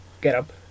getup